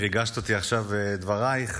ריגשת אותי עכשיו בדברייך,